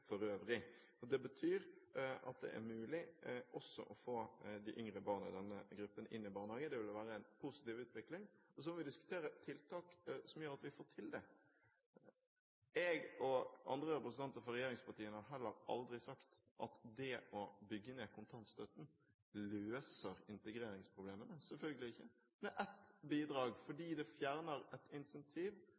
for øvrig. Det betyr at det er mulig også å få de yngre barna i denne gruppen inn i barnehagen. Det vil være en positiv utvikling. Så må vi diskutere tiltak som gjør at vi får til det. Jeg og andre representanter for regjeringspartiene har heller aldri sagt at det å bygge ned kontantstøtten løser integreringsproblemene – selvfølgelig ikke. Det er ett bidrag, fordi det fjerner et